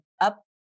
up